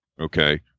okay